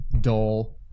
dull